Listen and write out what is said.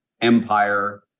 Empire